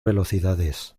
velocidades